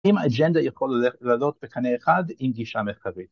‫האם האג'נדה יכולה לעלות ‫בקנה אחד עם גישה מרחבית?